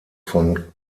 von